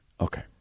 Okay